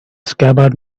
scabbard